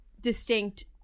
distinct